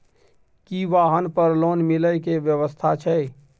की वाहन पर लोन मिले के व्यवस्था छै?